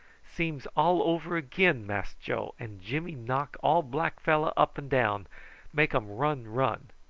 seems all over again, mass joe, and jimmy knock all black fellow up and down make um run, run.